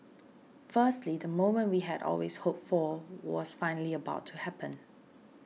firstly the moment we had always hoped for was finally about to happen